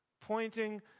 pointing